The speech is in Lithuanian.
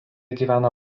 gyvena